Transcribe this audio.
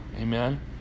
Amen